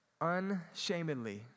unshamedly